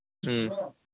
ꯎꯝ